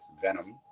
venom